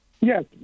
Yes